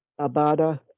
Abada